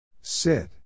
Sit